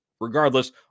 Regardless